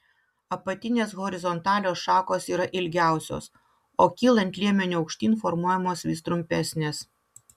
apatinės horizontalios šakos yra ilgiausios o kylant liemeniu aukštyn formuojamos vis trumpesnės